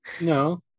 no